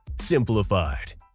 Simplified